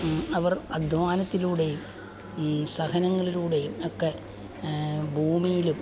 അവർ അധ്വാനത്തിലൂടെയും സഹനങ്ങളിലൂടെയും ഒക്കെ ഭൂമിയിലും